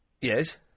Yes